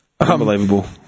Unbelievable